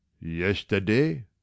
yesterday